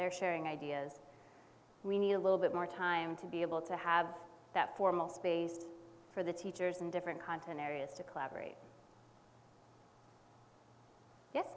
they're sharing ideas we need a little bit more time to be able to have that formal space for the teachers and different content area is to collaborate